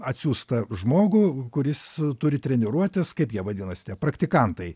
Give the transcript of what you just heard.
atsiųstą žmogų kuris turi treniruotis kaip jie vadinasi tie praktikantai